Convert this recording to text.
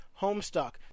Homestuck